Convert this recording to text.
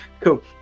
Cool